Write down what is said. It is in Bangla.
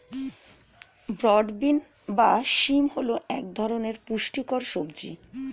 ব্রড বিন বা শিম হল এক ধরনের পুষ্টিকর সবজি